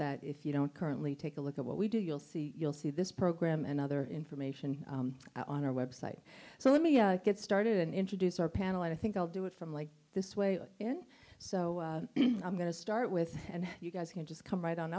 that if you don't currently take a look at what we do you'll see you'll see this program and other information on our website so let me get started and introduce our panel i think i'll do it from like this way in so i'm going to start with and you guys can just come right on